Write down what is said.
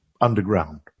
underground